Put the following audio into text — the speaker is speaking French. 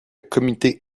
comité